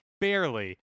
barely